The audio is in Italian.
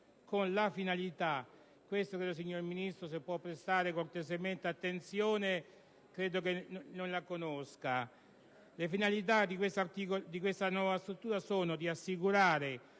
della medesima. Le chiedo, signor Ministro, di prestare cortesemente attenzione: credo che non la conosca. Le finalità di questa nuova struttura sono di assicurare